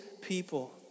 people